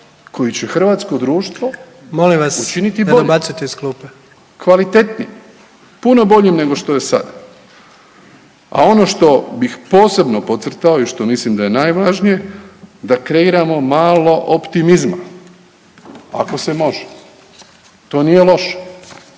koje će hrvatsko društvo …/Upadica: Molim vas ne dobacujte iz klupe./… učiniti bolje, kvalitetnije. Puno boljim nego što je sada. A ono što bih posebno podcrtao i što mislim da je najvažnije da kreiramo malo optimizma ako se može. To nije loše.